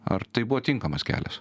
ar tai buvo tinkamas kelias